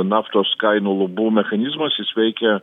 naftos kainų lubų mechanizmas jis veikia